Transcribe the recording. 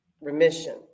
remission